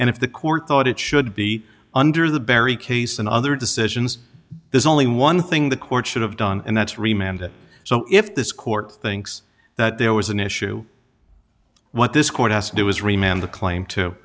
and if the court thought it should be under the barry case and other decisions there's only one thing the court should have done and that's remained so if this court thinks that there was an issue what this c